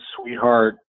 sweetheart